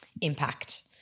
impact